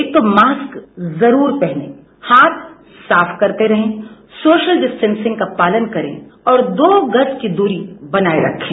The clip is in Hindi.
एक तो मास्क जरूर पहने हाथ साफ करते रहे सोशल डिस्टेंसिंग का पालन करते रहे और दो गज की दूरी बनाए रखे